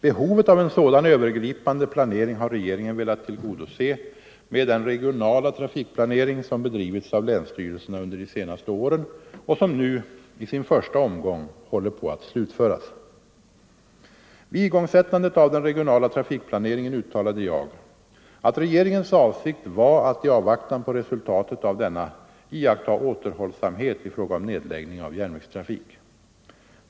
Behovet av en sådan övergripande planering har regeringen velat tillgodose med den regionala trafikplanering som bedrivits av länsstyrelserna under de senaste åren och som nu = i sin första omgång — håller på att slutföras. Vid igångsättandet av den regionala trafikplaneringen uttalade jag, att regeringens avsikt var att i avvaktan på resultatet av denna iaktta återhållsamhet i fråga om nedläggning av järnvägstrafik.